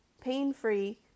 pain-free